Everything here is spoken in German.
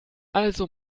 also